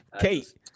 Kate